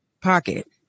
pocket